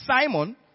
Simon